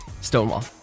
Stonewall